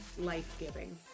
life-giving